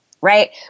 right